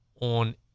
on